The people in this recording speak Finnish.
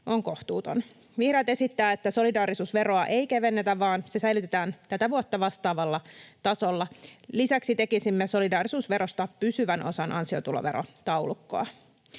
on kohtuuton. Vihreät esittää, että solidaarisuusveroa ei kevennetä, vaan se säilytetään tätä vuotta vastaavalla tasolla. Lisäksi tekisimme solidaarisuusverosta pysyvän osan ansiotuloverotaulukkoa.